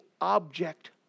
object